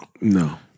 No